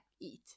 eat